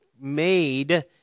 made